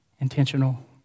intentional